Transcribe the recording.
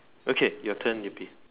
okay your turn will be